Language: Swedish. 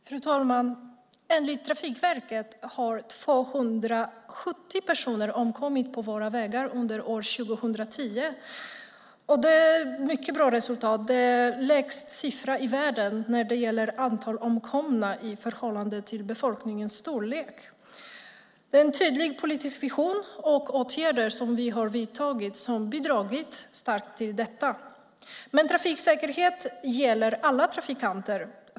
Fru talman! Enligt Trafikverket har 270 personer omkommit på våra vägar under år 2010. Det är ett mycket bra resultat. Det är den lägsta siffran i världen när det gäller antalet omkomna i trafiken i förhållande till befolkningens storlek. Vi har en tydlig politisk vision och har vidtagit åtgärder som starkt bidragit till detta. Trafiksäkerheten gäller alla trafikanter.